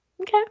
okay